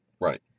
Right